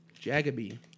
Jagabee